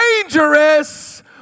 dangerous